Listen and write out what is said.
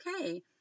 okay